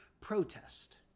protest